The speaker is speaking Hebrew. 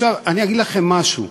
אני אגיד לכם משהו: